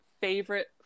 favorite